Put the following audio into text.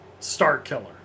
Starkiller